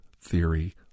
theory